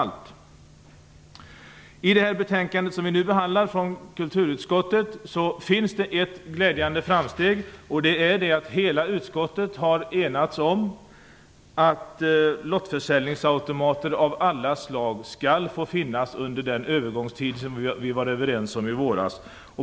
I det betänkande från kulturutskottet som vi nu behandlar finns ett glädjande framsteg, nämligen att hela utskottet har enats om att lottförsäljningsautomater av alla slag skall få finnas under den övergångstid som vi var överens om i våras.